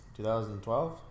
2012